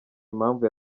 impamvu